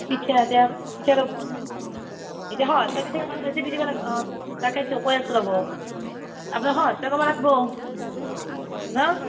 পিঠা এতিয়া এতিয়াতো তাকেতো কৈ আছোঁ ৰ'ব ন'